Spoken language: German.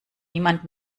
niemand